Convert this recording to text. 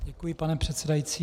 Děkuji, pane předsedající.